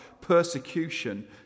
persecution